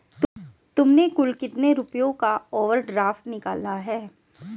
तुमने कुल कितने रुपयों का ओवर ड्राफ्ट निकाला है?